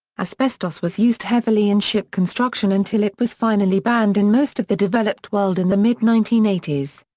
asbestos was used heavily in ship construction until it was finally banned in most of the developed world in the mid nineteen eighty s.